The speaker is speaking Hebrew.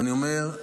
ואני אומר,